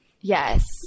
Yes